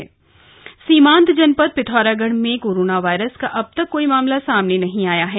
corona Pithoragarh सीमांत जनपद पिथौरागढ़ में कोरोना वायरस का अब तक कोई मामला सामने नहीं आया है